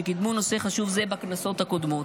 שקידמו נושא חשוב זה בכנסות הקודמות.